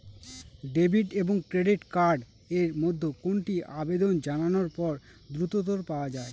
Debit এবং credit card এর মধ্যে কোনটি আবেদন জানানোর পর দ্রুততর পাওয়া য়ায়?